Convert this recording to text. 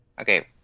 Okay